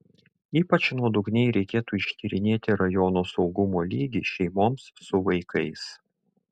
ypač nuodugniai reikėtų ištyrinėti rajono saugumo lygį šeimoms su vaikais